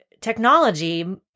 technology